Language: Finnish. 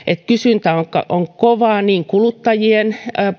kysyntä on kovaa kuluttajien